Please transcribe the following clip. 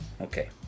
Okay